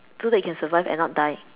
so that you can survive and not die